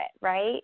right